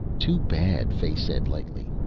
too bad, fay said lightly.